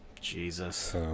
Jesus